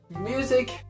Music